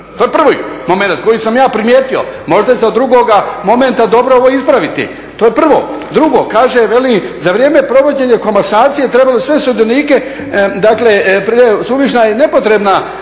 To je prvi momenat koji sam ja primijetio. Možda se … /Govornik se ne razumije./… dobro ovo ispraviti. To je prvo. Drugo, kaže za vrijeme provođenja komasacije treba sve sudionike dakle suvišna je i nepotrebna